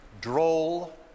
droll